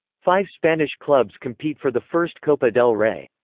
five spanish clubs compete for the first copa del rey.